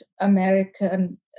American